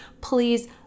please